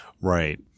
Right